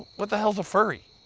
what the hell's a furry?